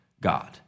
God